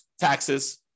taxes